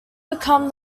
become